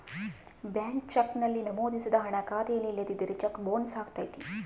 blank cheque ನಲ್ಲಿ ನಮೋದಿಸಿದ ಹಣ ಖಾತೆಯಲ್ಲಿ ಇಲ್ಲದಿದ್ದರೆ ಚೆಕ್ ಬೊನ್ಸ್ ಅಗತ್ಯತೆ